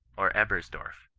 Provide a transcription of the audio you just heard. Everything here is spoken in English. or ebersdoif,